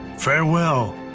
farewell.